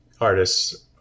artists